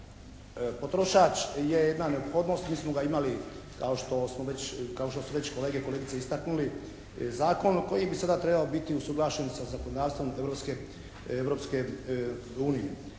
trgovac-potrošač je jedna neophodnost. Mi smo ga imali kao što smo već, kao što su već kolege i kolegice istaknuli zakon koji bi sad trebao biti usuglašen i sa zakonodavstvom